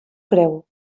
creu